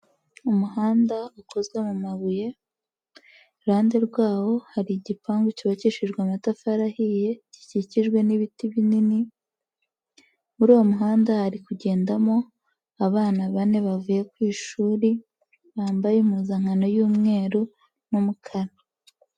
Umuhanda ukozwe mu mabuye, iruhande rwawo hari igipangu cyubakishijwe amatafari ahiye gikikijwe n'ibiti binini, muri uwo muhanda hari kugendamo abana bane bavuye ku ishuri, bambaye impuzankano y'umweru n'umukara.